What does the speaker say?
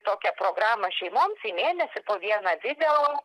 tokią programą šeimoms į mėnesį po vieną video